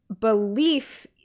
belief